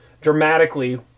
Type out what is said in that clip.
dramatically